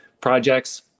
projects